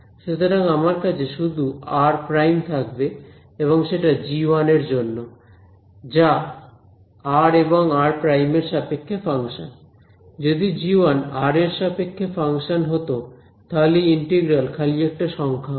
সুতরাং আমার কাছে শুধু r থাকবে এবং সেটা g1এর জন্য যা r এবং r এর সাপেক্ষে ফাংশন যদি g1 r এর সাপেক্ষে ফাংশন হত তাহলে এই ইন্টিগ্রাল খালি একটা সংখ্যা হত